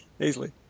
easily